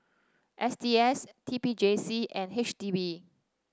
S T S T P J C and H D B